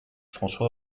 françois